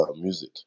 music